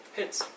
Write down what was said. Hits